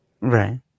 Right